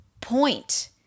point